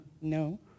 No